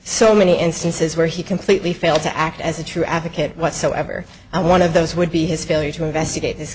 so many instances where he completely failed to act as a true advocate whatsoever i one of those would be his failure to investigate this